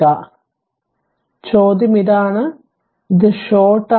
അതിനാൽ ചോദ്യം ഇതാണ് ഇത് ഷോർട്ട് ആണ്